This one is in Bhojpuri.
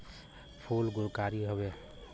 फूल गुणकारी हउवे